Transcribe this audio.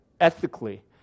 ethically